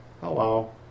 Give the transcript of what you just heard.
Hello